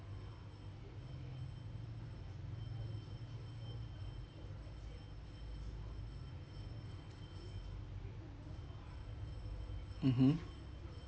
mmhmm